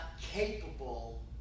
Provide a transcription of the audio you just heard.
capable